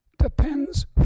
depends